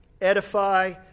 edify